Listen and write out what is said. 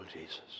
Jesus